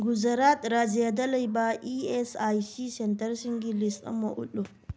ꯒꯨꯖꯔꯥꯠ ꯔꯥꯖ꯭ꯌꯥꯗ ꯂꯩꯕ E S I C ꯁꯦꯟꯇ꯭ꯔꯁꯤꯡꯒꯤ ꯂꯤꯁ ꯑꯃ ꯎꯠꯂꯨ